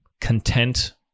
content